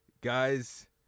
guys